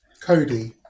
Cody